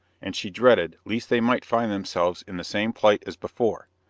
and she dreaded lest they might find themselves in the same plight as before.